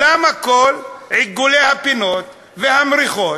למה כל עיגולי הפינות והמריחות,